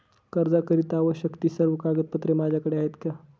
कर्जाकरीता आवश्यक ति सर्व कागदपत्रे माझ्याकडे आहेत का?